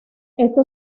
esto